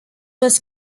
was